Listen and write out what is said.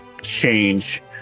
change